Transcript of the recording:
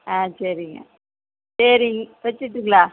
ஆ சரிங்க சரிங்க வச்சிட்டுங்களா